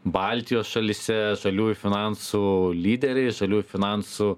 baltijos šalyse žaliųjų finansų lyderiai žaliųjų finansų